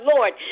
Lord